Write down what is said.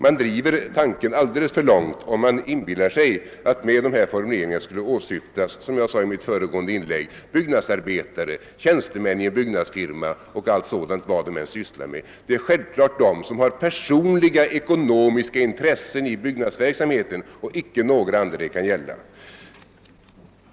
Man driver tanken alldeles för långt om man inbillar sig att med dessa formuleringar skulle åsyftas byggnadsarbetare, tjänstemän i byggnadsfirmor, o.s.v. Det är självfallet dem som har personliga ekonomiska intressen i byggnadsverksamheten och icke några andra det gäller.